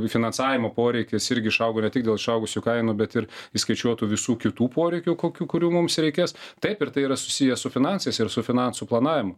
finansavimo poreikis irgi išaugo ne tik dėl išaugusių kainų bet ir įskaičiuotų visų kitų poreikių kokių kurių mums reikės taip ir tai yra susiję su finansais ir su finansų planavimu